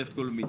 נפט גולמי.